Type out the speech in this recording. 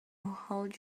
hold